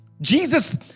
Jesus